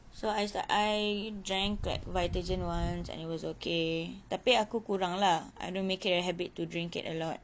so I s~ I drank like vitagen once and it was okay tapi aku kurang lah I don't make it a habit to drink it a lot